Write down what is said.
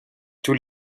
tous